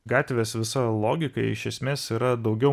gatvės visa logika iš esmės yra daugiau